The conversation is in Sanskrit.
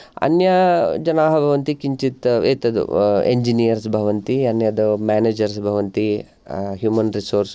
अन्य जनाः भवन्ति किञ्चित् एतद् इन्जिनियर्स् भवन्ति अन्यत् मेनेजर्स् भवन्ति ह्युमन् रिसोर्स्